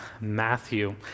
Matthew